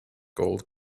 gold